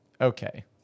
okay